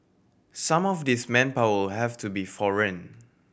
some of this manpower have to be foreign